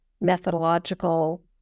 methodological